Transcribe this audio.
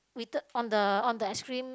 waited on the on the ice cream